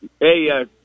hey